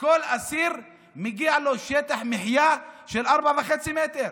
כל אסיר מגיע לו שטח מחיה של 4.5 מטר.